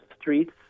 streets